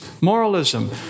moralism